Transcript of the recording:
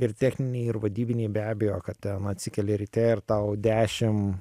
ir techniniai ir vadybiniai be abejo kad ten atsikeli ryte ir tau dešim